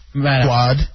Quad